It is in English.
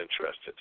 interested